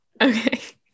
Okay